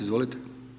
Izvolite.